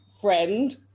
friend